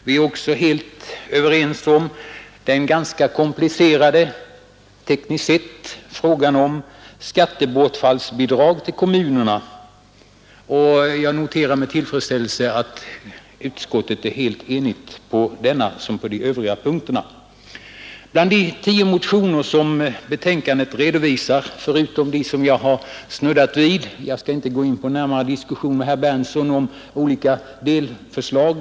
Vi är också helt överens om den tekniskt sett ganska komplicerade frågan om skattebortfallsbidrag till kommunerna. Jag noterar denna enighet med tillfredsställelse. Betänkandet redovisar tio motioner. Jag skall inte gå in i någon närmare diskussion med herr Berndtson i Linköping om olika delförslag.